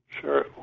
Sure